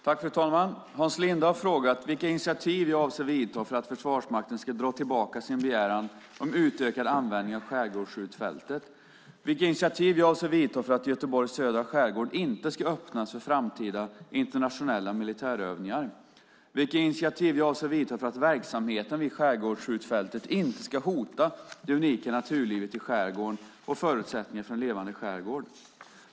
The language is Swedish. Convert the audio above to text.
Fru talman! Hans Linde har frågat mig 1. vilka initiativ jag avser att ta för att Försvarsmakten ska dra tillbaka sin begäran om utökad användning av skärgårdsskjutfältet, 2. vilka initiativ jag avser att ta för att Göteborgs södra skärgård inte ska öppnas för framtida internationella militärövningar samt 3. vilka initiativ jag avser att ta för att verksamheten vid skärgårdsskjutfältet inte ska hota det unika naturlivet i skärgården och förutsättningarna för en levande skärgård.